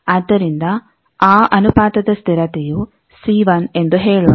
ಆದ್ದರಿಂದ ಆ ಅನುಪಾತದ ಸ್ಥಿರತೆಯು C1 ಎಂದು ಹೇಳೋಣ